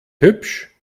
hübsch